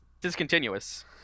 discontinuous